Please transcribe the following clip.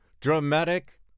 Dramatic